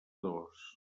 dos